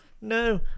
no